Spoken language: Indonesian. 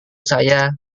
saya